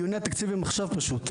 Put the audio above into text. דיוני התקציב הם עכשיו פשוט,